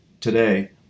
today